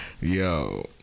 Yo